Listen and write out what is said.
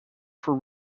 for